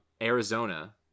Arizona